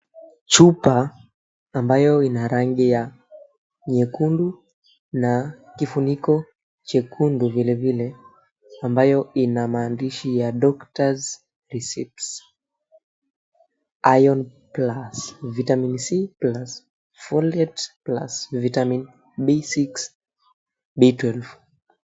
Chupa ambayo ina rangi ya nyekundu na kifuniko chekundu vilevile ambayo ina maandishi ya, Doctor's Recipes Iron plus Vitamin C plus, Folate plus ,Vitamin B6, B12 .